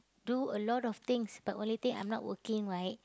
do a lot of things but only thing I'm not working right